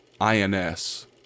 ins